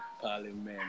Parliament